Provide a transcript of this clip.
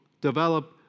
develop